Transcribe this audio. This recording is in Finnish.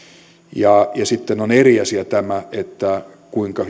sitten on eri asia tämä kuinka